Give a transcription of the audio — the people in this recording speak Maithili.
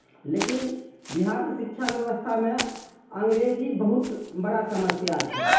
लेकिन बिहारके शिक्षा बेबस्थामे अन्गरेजी बहुत बड़ा समस्या छै